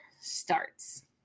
starts